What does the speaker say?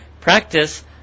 practice